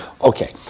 Okay